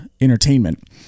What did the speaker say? entertainment